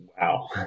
Wow